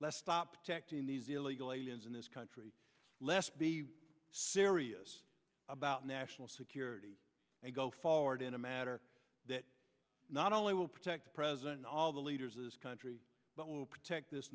let's stop texting these illegal aliens in this country let's be serious about national security and go forward in a matter that not only will protect president all the leaders of this country but will protect this